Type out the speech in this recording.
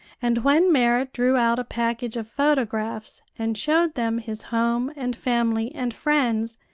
and when merrit drew out a package of photographs and showed them his home and family and friends,